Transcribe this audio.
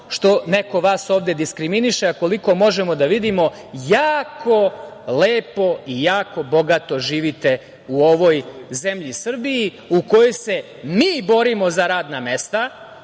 što neko vas ovde diskriminiše. A koliko možemo da vidimo, jako lepo i jako bogato živite u ovoj zemlji Srbiji u kojoj se mi borimo za radna mesta.